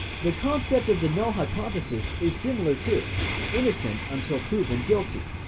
the concept of the null hypothesis is similar to innocent until proven guilty.